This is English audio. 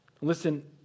Listen